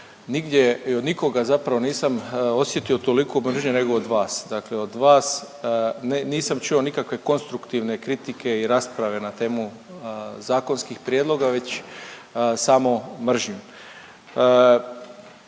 nigdje i od nikoga zapravo nisam osjetio toliku mržnju nego od vas. Dakle od vas nisam čuo nikakve konstruktivne kritike i rasprave na temu zakonskih prijedloga već samo mržnju.